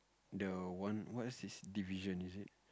the one what is this division is it